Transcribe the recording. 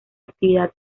actividad